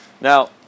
Now